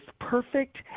perfect